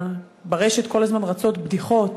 ברשת כל הזמן רצות בדיחות,